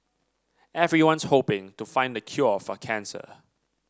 everyone's hoping to find the cure for cancer